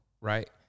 right